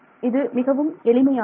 இது மிகவும் எளிமையானது